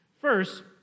First